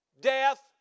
death